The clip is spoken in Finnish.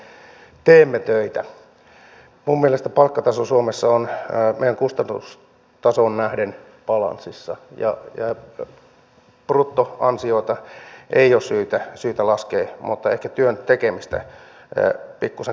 minun mielestäni palkkataso suomessa on meidän kustannustasoon nähden balanssissa ja bruttoansioita ei ole syytä laskea mutta ehkä työn tekemistä pikkuisen kasvattaa